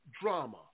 drama